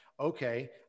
okay